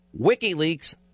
WikiLeaks